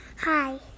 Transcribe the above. Hi